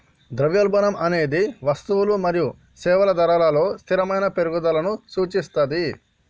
ద్రవ్యోల్బణం అనేది వస్తువులు మరియు సేవల ధరలలో స్థిరమైన పెరుగుదలను సూచిస్తది